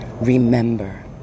remember